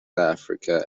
africa